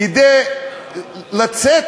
כדי לצאת